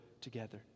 together